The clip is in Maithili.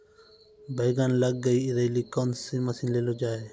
बैंगन लग गई रैली कौन मसीन ले लो जाए?